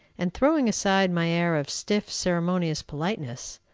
and, throwing aside my air of stiff, ceremonious politeness,